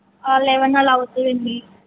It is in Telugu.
లెవెన్ అలా అవుతుంది అండి